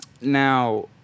now